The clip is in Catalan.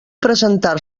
presentar